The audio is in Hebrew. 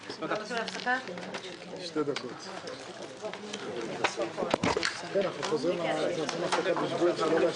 12:09.